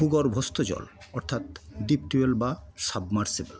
ভূগর্ভস্থ জল অর্থাৎ ডিপ টিউবয়েল বা সাবমারসিবল